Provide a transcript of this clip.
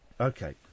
Okay